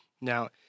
Now